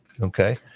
okay